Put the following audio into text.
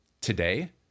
today